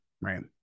Right